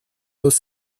los